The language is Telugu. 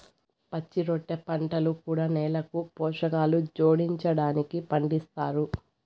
పచ్చిరొట్ట పంటలు కూడా నేలకు పోషకాలు జోడించడానికి పండిస్తారు